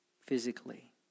Physically